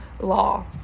law